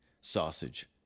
sausage